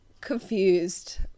confused